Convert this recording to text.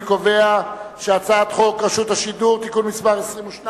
אני קובע שהצעת חוק רשות השידור (תיקון מס' 22)